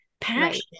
passion